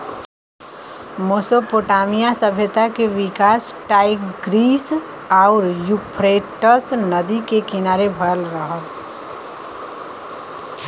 Mesopotamia सभ्यता के विकास टाईग्रीस आउर यूफ्रेटस नदी के किनारे भयल रहल